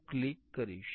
હું ક્લિક કરીશ